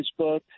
Facebook